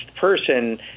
person